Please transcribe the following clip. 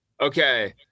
Okay